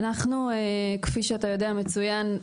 אנחנו, כפי שאתה יודע מצוין,